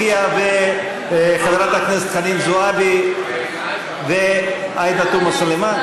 יחיא וחברות הכנסת חנין זועבי ועאידה תומא סלימאן,